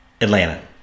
Atlanta